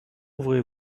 ouvrez